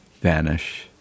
vanish